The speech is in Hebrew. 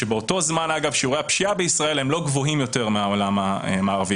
כשבאותו זמן אגב שיעורי הפשיעה בישראל הם לא גבוהים יותר מהעולם המערבי,